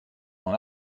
mon